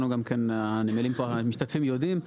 הנמלים משתתפים ויודעים,